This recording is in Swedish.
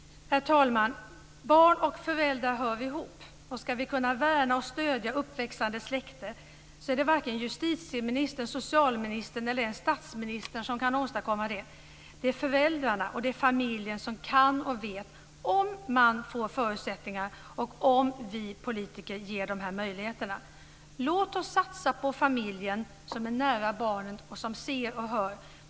Herr talman! Barn och föräldrar hör ihop. Ska vi kunna värna och stödja vårt uppväxande släkte är det varken justitieministern, socialministern eller ens statsministern som kan åstadkomma det. Det är föräldrarna och familjen som kan och vet om de får förutsättningar och vi politiker ger de möjligheterna. Låt oss satsa på familjen, som är nära barnen och som ser och hör.